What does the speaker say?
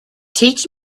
teach